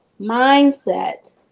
mindset